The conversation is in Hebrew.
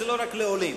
זה לא רק לעולים,